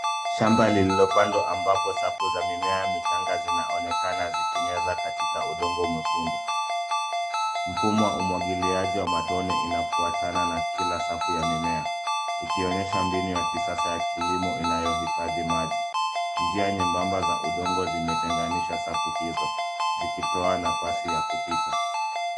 Shamba lililopandwa ambapo safu za mimea michanga zinaonekana zikimeza katika udongo mwekundu. Mfumo wa umwagiliaji wa matone inafuatana na kila safu ya mmea, ikionyesha mbinu ya kisasa ya kilimo inayohifadhi maji. Njia nyembamba za udongo zimetenganisha safu hizo, zikitoa nafasi ya kupita.